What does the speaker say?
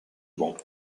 banc